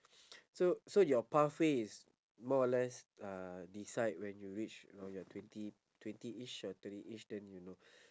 so so your pathway is more or less uh decide when you reach your your twenty twentyish or thirtyish then you know